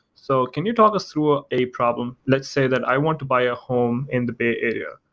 so can you talk us through ah a problem? let's say that i want to buy a home in the bay area.